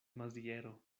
maziero